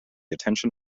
attention